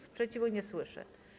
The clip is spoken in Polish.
Sprzeciwu nie słyszę.